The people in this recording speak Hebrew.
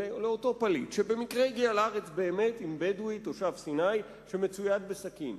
לאותו פליט שבמקרה הגיע לארץ עם בדואי תושב סיני שמצויד בסכין,